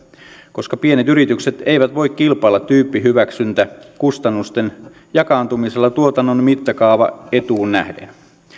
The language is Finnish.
koska pienet yritykset eivät voi kilpailla tyyppihyväksyntäkustannusten jakaantumisella tuotannon mittakaavaetuun nähden